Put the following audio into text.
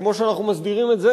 שכמו שאנחנו מסדירים את זה,